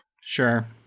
Sure